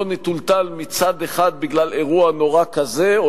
לא נטולטל מצד אחד בגלל אירוע נורא כזה או